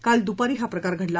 काल दुपारी हा प्रकार घडला